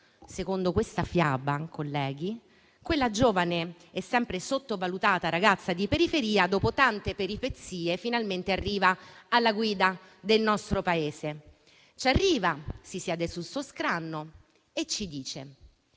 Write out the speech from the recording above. Secondo questa fiaba, colleghi, quella giovane e sempre sottovalutata ragazza di periferia, dopo tante peripezie, finalmente arriva alla guida del nostro Paese. Ci arriva, si siede sul suo scranno e ci dice: